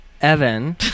Evan